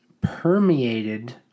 permeated